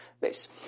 base